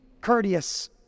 courteous